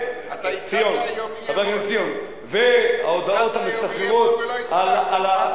אתה הצעת היום אי-אמון ולא הצלחת,